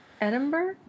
Edinburgh